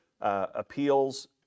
appeals